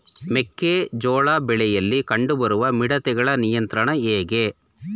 ಮೆಕ್ಕೆ ಜೋಳ ಬೆಳೆಯಲ್ಲಿ ಕಂಡು ಬರುವ ಮಿಡತೆಗಳ ನಿಯಂತ್ರಣ ಹೇಗೆ?